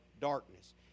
darkness